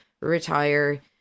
retire